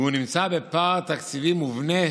והוא נמצא בפער תקציבי מובנה